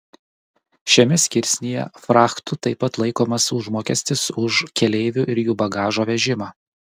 šiame skirsnyje frachtu taip pat laikomas užmokestis už keleivių ir jų bagažo vežimą